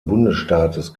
bundesstaates